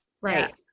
right